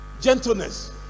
gentleness